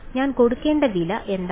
ഞാൻ കൊടുക്കേണ്ട വില എന്താണ്